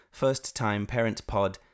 firsttimeparentpod